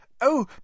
Oh